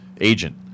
agent